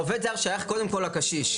העובד זר שייך קודם כל לקשיש.